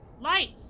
Lights